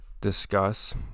discuss